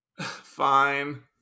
Fine